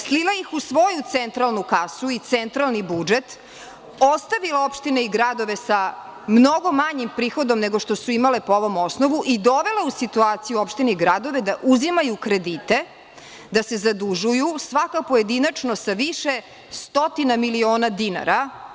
Slila ih u svoju centralnu kasu i centralni budžet, ostavila opštine i gradove sa mnogo manjim prihodom nego što su imale po ovom osnovu i dovele u situaciju opštine i gradove da uzimaju kredite, da se zadužuju, svaka pojedinačno sa više stotina miliona dinara.